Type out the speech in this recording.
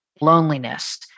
loneliness